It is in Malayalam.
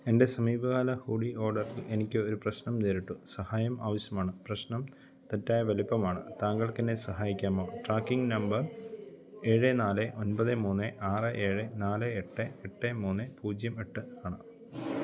എന്റെ സമീപകാല ഹൂഡി ഓഡർ എനിക്ക് ഒരു പ്രശ്നം നേരിട്ടു സഹായം ആവശ്യമാണ് പ്രശ്നം തെറ്റായ വലിപ്പമാണ് താങ്കൾക്കെന്നെ സഹായിക്കാമോ ട്രാക്കിങ് നമ്പർ ഏഴ് നാല് ഒന്പത് മൂന്ന് ആറ് ഏഴ് നാല് എട്ട് എട്ട് മൂന്ന് പൂജ്യം എട്ട് ആണ്